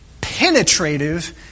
penetrative